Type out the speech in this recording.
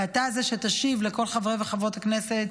ואתה זה שתשיב לכל חברי וחברות הכנסת,